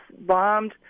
bombed